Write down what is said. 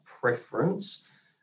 preference